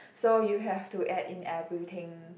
so you have to add in everything